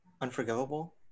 Unforgivable